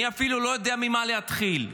אני אפילו לא יודע ממה להתחיל.